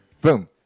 Boom